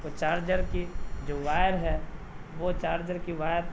وہ چارجر کی جو وائر ہے وہ چارجر کی وائر